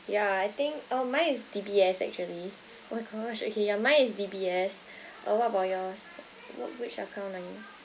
ya I think oh mine is D_B_S actually oh gosh okay ya mine is D_B_S uh what about yours what which account are you